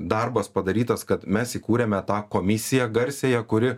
darbas padarytas kad mes įkūrėme tą komisiją garsiąją kuri